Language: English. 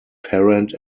parent